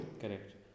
Correct